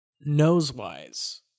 nose-wise